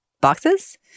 boxes